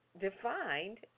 defined